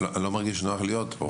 אני לא מרגיש נוח להיות פה.